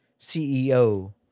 CEO